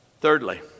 Thirdly